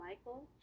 Michael